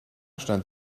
stand